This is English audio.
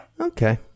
Okay